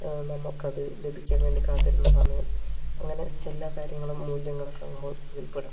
നമുക്കത് ലഭിക്കാൻ വേണ്ടി കാത്തിരുന്ന സമയം അങ്ങനെ എല്ലാ കാര്യങ്ങളും മൂല്യം കണക്കാക്കുമ്പോൾ അതിൽ പെടും